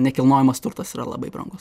nekilnojamas turtas yra labai brangus